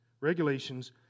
regulations